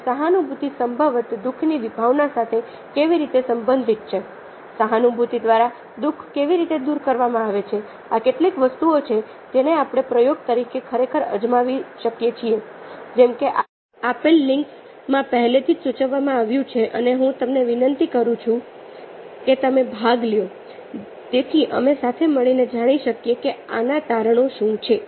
અને સહાનુભૂતિ સંભવત દુઃખની વિભાવના સાથે કેવી રીતે સંબંધિત છેસહાનુભૂતિ દ્વારા દુઃખ કેવી રીતે દૂર કરવામાં આવે છેઆ કેટલીક વસ્તુઓ છે જેને આપણે પ્રયોગો તરીકે ખરેખર અજમાવી શકીએ છીએ જેમ કે આપેલ લિંક્સમાં પહેલેથી જ સૂચવવામાં આવ્યું છે અને હું તમને હું તમને વિનંતી કરું છું તમે ભાગ લ્યો તેથી અમે સાથે મળીને જાણી શકીએ કે આના તારણો શું છે